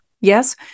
Yes